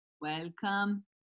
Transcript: Welcome